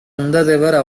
இந்த